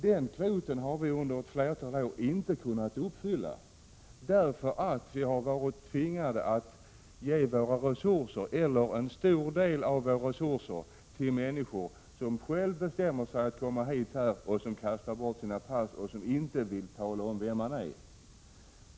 Den kvoten har vi under ett flertal år inte kunnat uppfylla, därför att vi har varit tvingade att ge en stor del av våra resurser till människor som själva bestämmer sig för att komma hit, som kastar bort sina pass och som inte vill tala om vilka de är.